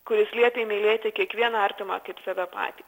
kuris liepė mylėti kiekvieną artimą kaip save patį